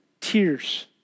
Tears